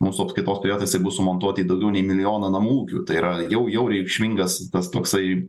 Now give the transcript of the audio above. mūsų apskaitos prietaisai bus sumontuoti į daugiau nei milijoną namų ūkių tai yra jau jau reikšmingas tas toksai